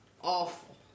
awful